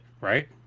right